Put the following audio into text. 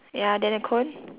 ya then the cone